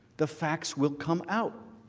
the facts will come out,